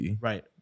Right